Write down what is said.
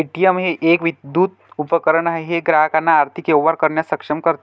ATM हे एक विद्युत उपकरण आहे जे ग्राहकांना आर्थिक व्यवहार करण्यास सक्षम करते